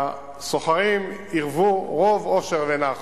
והסוחרים ירוו רוב אושר ונחת.